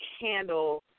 handle